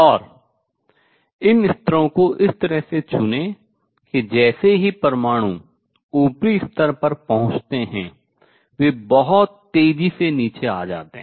और इन स्तरों को इस तरह से चुनें कि जैसे ही परमाणु ऊपरी स्तर पर पहुँचते हैं वे बहुत तेजी से नीचे आ जाते हैं